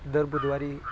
दर बुधवारी